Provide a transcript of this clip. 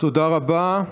תודה רבה.